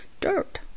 dirt